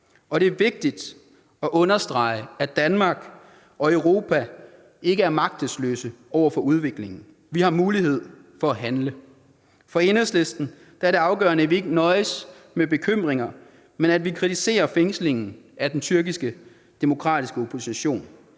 Og det er vigtigt at understrege, at Danmark og Europa ikke er magtesløse over for udviklingen. Vi har mulighed for at handle. For Enhedslisten er det afgørende, at vi ikke nøjes med bekymringer, men at vi kritiserer fængslingen af den tyrkiske demokratiske opposition.